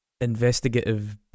investigative